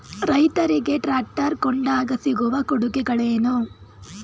ರೈತರಿಗೆ ಟ್ರಾಕ್ಟರ್ ಕೊಂಡಾಗ ಸಿಗುವ ಕೊಡುಗೆಗಳೇನು?